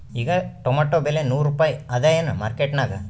ಈಗಾ ಟೊಮೇಟೊ ಬೆಲೆ ನೂರು ರೂಪಾಯಿ ಅದಾಯೇನ ಮಾರಕೆಟನ್ಯಾಗ?